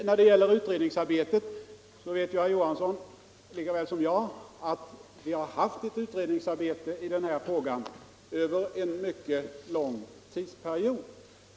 Vad gäller utredningsarbetet så vet herr Johansson lika väl som jag att det pågått över en mycket lång tidsperiod.